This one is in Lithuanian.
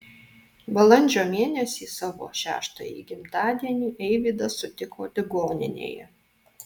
balandžio mėnesį savo šeštąjį gimtadienį eivydas sutiko ligoninėje